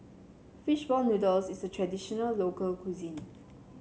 fish ball noodles is a traditional local cuisine